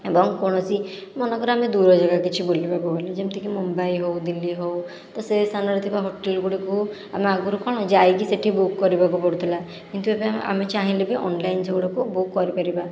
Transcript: ଏବଂ କୌଣସି ମନେକର ଆମେ ଦୂର ଜାଗା କିଛି ବୁଲିବାକୁ ଗଲୁ ଯେମିତିକି ମୁମ୍ବାଇ ହେଉ ଦିଲ୍ଲୀ ହେଉ ତ ସେ ସ୍ଥାନରେ ଥିବା ହୋଟେଲ ଗୁଡ଼ିକୁ ଆମେ ଆଗରୁ କ'ଣ ଯାଇକି ସେଇଠି ବୁକ୍ କରିବାକୁ ପଡ଼ୁଥିଲା କିନ୍ତୁ ଏବେ ଆମେ ଚାହିଁଲେ ବି ଅନଲାଇନ ସେଗୁଡ଼ାକୁ ବୁକ୍ କରିପାରିବା